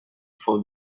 for